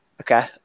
Okay